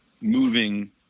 moving